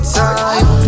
time